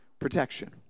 protection